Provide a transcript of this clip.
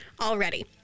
already